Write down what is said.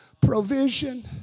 provision